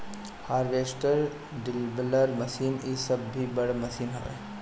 harvester, dibbler machine इ सब भी बड़ मशीन हवे